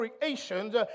creations